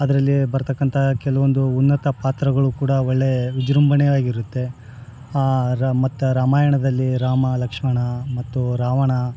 ಅದರಲ್ಲಿ ಬರ್ತಕ್ಕಂಥ ಕೆಲವೊಂದು ಉನ್ನತ ಪಾತ್ರಗಳು ಕೂಡ ಒಳ್ಳೇ ವಿಜೃಂಭಣೆಯವಾಗಿರುತ್ತೆ ರಾ ಮತ್ತು ರಾಮಾಯಣದಲ್ಲಿ ರಾಮ ಲಕ್ಷ್ಮಣ ಮತ್ತು ರಾವಣ